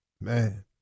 Man